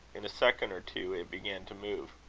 in a second or two, it began to move.